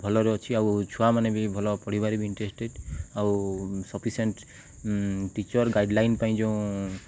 ଭଲରେ ଅଛି ଆଉ ଛୁଆମାନେ ବି ଭଲ ପଢ଼ିବାରେ ବି ଇନ୍ଟରେଷ୍ଟେଡ଼ ଆଉ ସଫିସେଣ୍ଟ ଟିଚର୍ ଗାଇଡ଼ଲାଇନ୍ ପାଇଁ ଯୋଉଁ